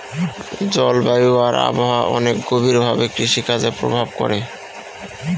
জলবায়ু আর আবহাওয়া অনেক গভীর ভাবে কৃষিকাজে প্রভাব করে